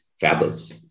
fables